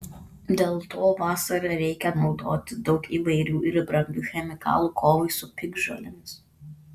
dėl to vasarą reikia naudoti daug įvairių ir brangių chemikalų kovai su piktžolėmis